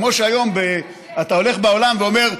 כמו שהיום אתה הולך בעולם ואומר,